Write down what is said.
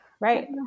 right